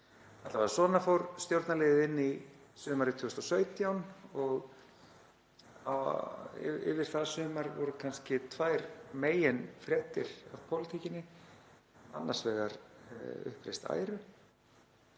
hana. Svona fór stjórnarliðið inn í sumarið 2017. Yfir það sumar voru kannski tvær meginfréttir af pólitíkinni, annars vegar uppreist æru